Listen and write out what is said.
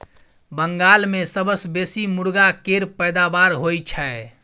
बंगाल मे सबसँ बेसी मुरगा केर पैदाबार होई छै